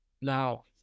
now